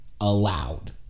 allowed